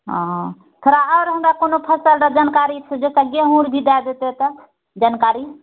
हँ थोड़ा आओर हमरा कोनो फसलके जानकारी गेहूँ भी दए देतै तऽ जानकारी